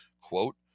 quote